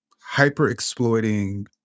hyper-exploiting